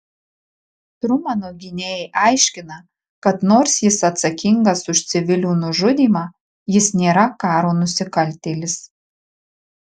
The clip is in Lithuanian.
trumano gynėjai aiškina kad nors jis atsakingas už civilių nužudymą jis nėra karo nusikaltėlis